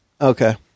Okay